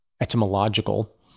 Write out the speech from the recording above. etymological